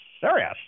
serious